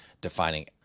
defining